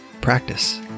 practice